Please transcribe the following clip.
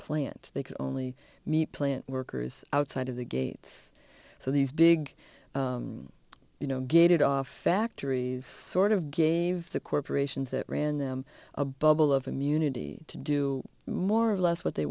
plant they could only meet plant workers outside of the gates so these big you know gated off factories sort of gave the corporations that ran them a bubble of immunity to do more or less what they